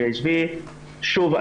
GHB שוב,